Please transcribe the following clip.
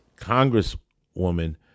congresswoman